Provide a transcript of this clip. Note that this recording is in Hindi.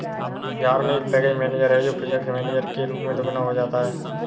यार्न एक पैकेज मैनेजर है जो प्रोजेक्ट मैनेजर के रूप में दोगुना हो जाता है